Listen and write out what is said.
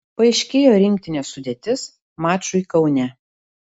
paaiškėjo rinktinės sudėtis mačui kaune